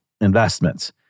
investments